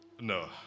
No